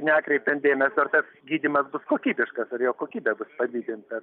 nekreipiant dėmesio ar tas gydymas bus kokybiškas ar jo kokybė bus padidinta